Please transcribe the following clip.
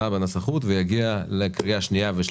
נשאר לנו סעיף אחד להצביע עליו אחרי שהוא חזר